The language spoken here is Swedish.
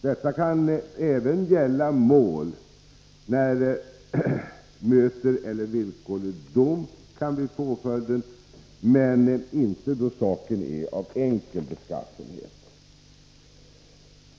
Detta kan även gälla mål där böter eller villkorlig dom kan bli påföljden, men inte då saken är av enkel beskaffenhet.